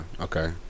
okay